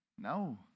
no